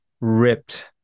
ripped